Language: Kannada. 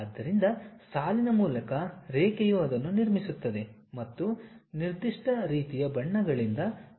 ಆದ್ದರಿಂದ ಸಾಲಿನ ಮೂಲಕ ರೇಖೆಯು ಅದನ್ನು ನಿರ್ಮಿಸುತ್ತದೆ ಮತ್ತು ನಿರ್ದಿಷ್ಟ ರೀತಿಯ ಬಣ್ಣಗಳಿಂದ ತುಂಬುತ್ತದೆ